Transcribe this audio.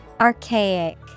Archaic